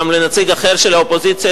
גם לנציג אחר של האופוזיציה,